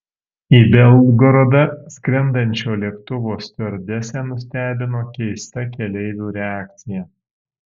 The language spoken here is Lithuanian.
į belgorodą skrendančio lėktuvo stiuardesę nustebino keista keleivių reakcija